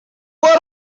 what